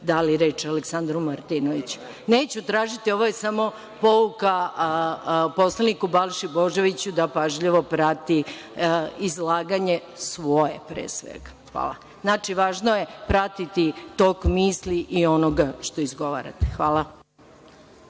dali reč Aleksandru Martinoviću. Neću tražiti, ovo je samo pouka poslaniku Balši Božoviću da pažljivo prati izlaganje, svoje pre svega. Znači, važno je pratiti tok misli i onoga što izgovarate. Hvala.